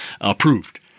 approved